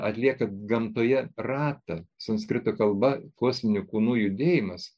atlieka gamtoje ratą sanskrito kalba kosminių kūnų judėjimas